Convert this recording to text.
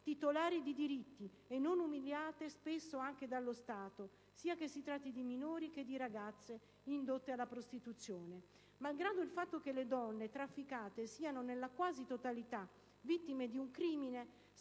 titolari di diritti e non umiliate spesso anche dallo Stato, sia che si tratti di minori che di ragazze indotte alla prostituzione. Malgrado il fatto che le donne trafficate siano nella quasi totalità vittime di un crimine,